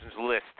list